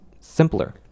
simpler